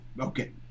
okay